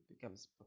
becomes